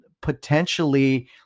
potentially